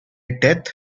death